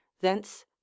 thence